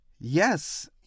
Yes